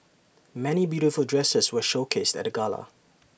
many beautiful dresses were showcased at the gala